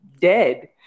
dead